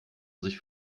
sich